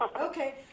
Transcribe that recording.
Okay